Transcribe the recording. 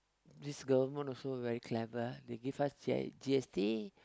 this government also very clever ah they give us G_I~ G_S_T